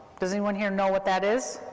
does anyone here know what that is?